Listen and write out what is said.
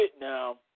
now